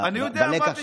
בלקח שלומדים,